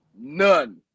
none